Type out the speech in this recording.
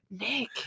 nick